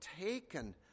taken